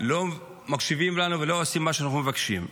לא מקשיבים לנו, ולא עושים מה שאנחנו מבקשים.